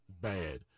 bad